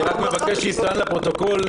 אני רק מבקש שיצוין לפרוטוקול,